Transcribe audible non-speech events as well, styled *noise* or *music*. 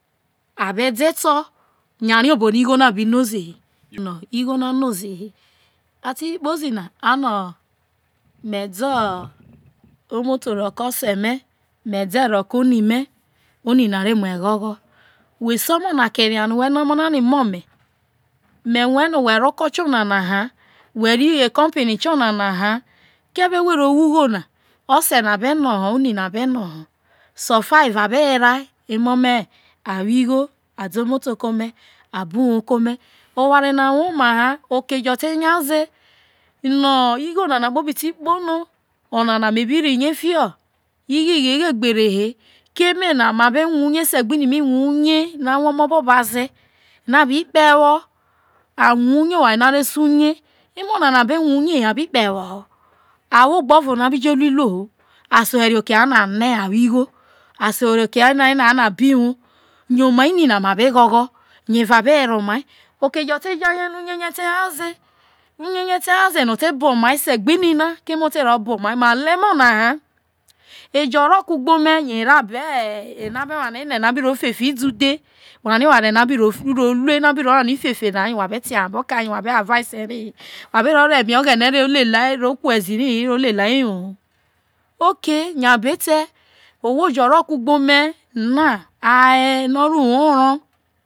*unintelligible* abe de eto yo arie obono igho na bi no ze he no igho na ze. A ti kpozi na ano *noise* me do omoto ro ke ose me me de roko oni me oni na re muo eghoghon we se omo na keria whe no omo na ino mo me me rue no whe ro oko tio nana ha whe re ecompine tio nana ha ko ere who ro wo ugho na ose na be no ho oni na be no ho, so fa evabe weria emo me ade omoto ke ome abo uwo ko ome oware na woma ha oke jo te nyaze, ino igho nana kpobi ti kpo no onana me bi ri ye fiho igho ighe ghe gbere he keme na ma bi rue uye ese gbe ini be rue uye awo omoboda ze no a bi kpo ewo, arue uye oware no are se uye eno nana be rue uye he abi kpo ewo ho awo egbe ovo na bi je tuiluo ho, aso herie oke ano ane awo igho, aso herie oke an ane abo iwo yo omai ini na ma be ghogho yo eva be were omai, okejo te ja ye no uye ye te nyaze uye ye te nya ze na yo ote bo omai ese gbe ini na keme ote ro bo omai male emo na ha ejo ro kugbe ome ero abo e ab ro ne fe efe idudhe wha rie oware no abi ro ine no abi ro wani fe efe na ha yo wa be tehe abo kae yo wha be advice ri hi wha be ro re eme oghene ro lelia ro kuo ezi ri ro lelia yo ho *hesitation* ok ye abo ete owho jo ro kugbe ome na, aye no aro uwo oro